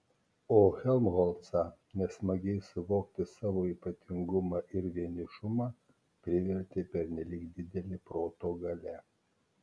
o helmholcą nesmagiai suvokti savo ypatingumą ir vienišumą privertė pernelyg didelė proto galia